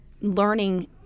learning